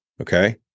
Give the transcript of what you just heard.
Okay